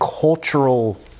cultural